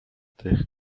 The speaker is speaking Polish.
tych